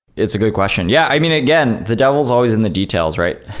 it's a good question. yeah. i mean, again, the devil is always in the details, right?